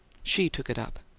she took it up.